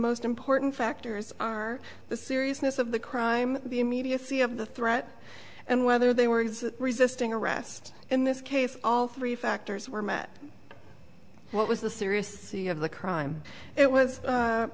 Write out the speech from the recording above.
most important factors are the seriousness of the crime the immediacy of the threat and whether they were resisting arrest in this case all three factors were met what was the serious c of the crime it was